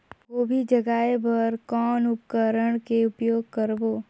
गोभी जगाय बर कौन उपकरण के उपयोग करबो?